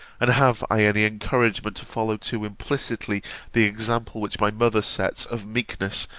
and have i any encouragement to follow too implicitly the example which my mother sets of meekness,